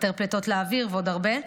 היתר פליטות לאוויר ועוד הרבה.